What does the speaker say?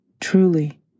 truly